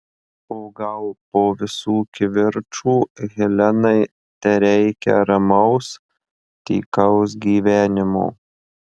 o gal po visų kivirčų helenai tereikia ramaus tykaus gyvenimo